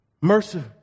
mercy